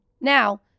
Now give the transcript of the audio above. Now